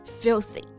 filthy